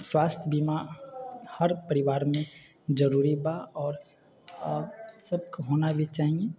स्वास्थ्य बीमा हर परिवारमे जरूरी बा आओर सबके होना भी चाही